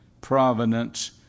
providence